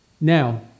Now